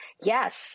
Yes